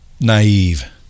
naive